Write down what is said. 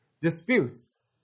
disputes